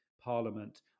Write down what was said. parliament